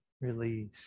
release